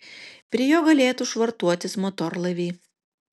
prie jo galėtų švartuotis motorlaiviai